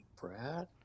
Brad